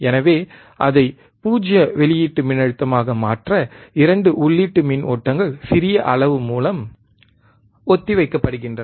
எனவே அதை 0 வெளியீட்டு மின்னழுத்தமாக மாற்ற 2 உள்ளீட்டு மின் ஓட்டங்கள் சிறிய அளவு மூலம் ஒத்திவைக்கப்படுகின்றன